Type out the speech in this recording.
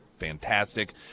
Fantastic